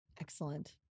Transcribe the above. Excellent